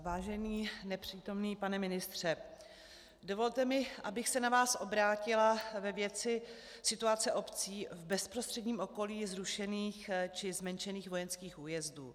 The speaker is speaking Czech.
Vážený nepřítomný pane ministře, dovolte mi, abych se na vás obrátila ve věci situace obcí v bezprostředním okolí zrušených či zmenšených vojenských újezdů.